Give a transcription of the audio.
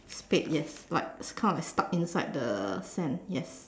stuck yes like kind of like stuck inside the stand yes